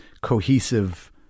cohesive